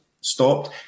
stopped